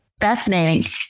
fascinating